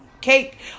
cake